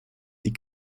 die